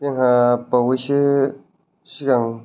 जोंहा बावैसो सिगां